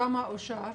כמה אושר?